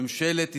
לממשלת ישראל,